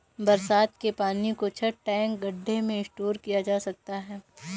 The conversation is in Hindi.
बरसात के पानी को छत, टैंक, गढ्ढे में स्टोर किया जा सकता है